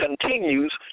continues